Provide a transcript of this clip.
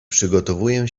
przygotowuję